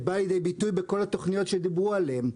שבא לידי ביטוי בכל התכניות שדיברו עליהן.